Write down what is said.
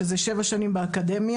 שזה שבע שנים באקדמיה.